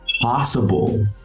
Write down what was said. possible